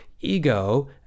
Ego